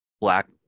black